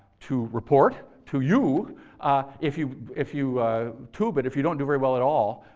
to report to you. if you if you tube it, if you don't do very well at all,